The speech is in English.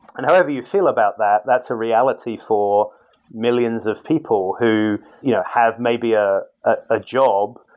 and however you feel about that, that's a reality for millions of people who you know have maybe ah ah a job,